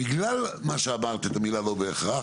בגלל שאמרת את המילה לא בהכרח